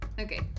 Okay